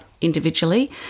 individually